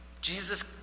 Jesus